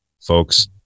folks